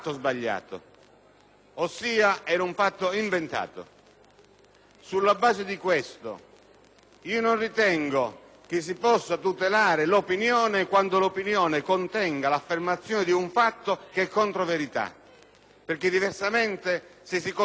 Sulla base di questo, non ritengo che si possa tutelare l'opinione quando quest'ultima contenga l'affermazione di un fatto che è contro verità, perché diversamente, se si costruisce un fatto falso, poi tutte le opinioni sono legittime.